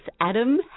Adam